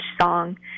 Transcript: song